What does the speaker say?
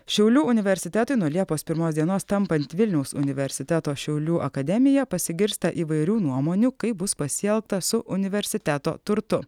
šiaulių universitetui nuo liepos pirmos dienos tampant vilniaus universiteto šiaulių akademija pasigirsta įvairių nuomonių kaip bus pasielgta su universiteto turtu